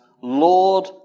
Lord